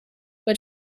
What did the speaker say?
but